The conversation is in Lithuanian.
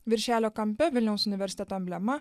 viršelio kampe vilniaus universiteto emblema